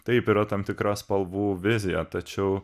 taip yra tam tikra spalvų vizija tačiau